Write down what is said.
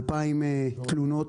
2,000 תלונות.